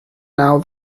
now